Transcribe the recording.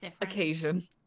occasion